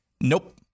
Nope